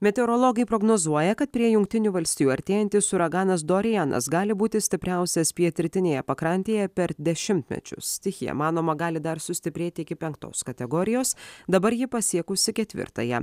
meteorologai prognozuoja kad prie jungtinių valstijų artėjantis uraganas dorijanas gali būti stipriausias pietrytinėje pakrantėje per dešimtmečius stichija manoma gali dar sustiprėti iki penktos kategorijos dabar ji pasiekusi ketvirtąją